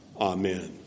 Amen